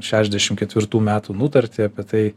šešiasdešim ketvirtų metų nutartį apie tai